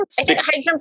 hydrogen